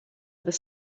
other